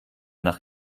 nach